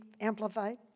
amplified